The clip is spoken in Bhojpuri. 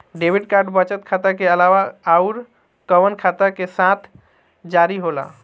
डेबिट कार्ड बचत खाता के अलावा अउरकवन खाता के साथ जारी होला?